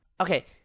Okay